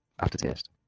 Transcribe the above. aftertaste